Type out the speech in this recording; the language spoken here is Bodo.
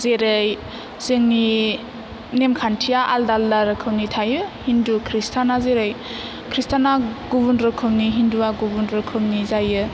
जेरै जोंनि नेमखान्थिया आलदा आलदा रोखोमनि थायो हिन्दु खृस्टाना जेरै खृस्टाना गुबुन रोखोमनि हिन्दुआ गुबुन रोखोमनि जायो